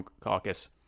Caucus